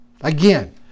again